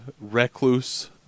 recluse